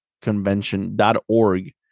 convention.org